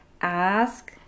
Ask